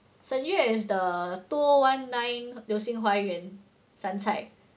沈月 is the two O one nine 流星花园杉菜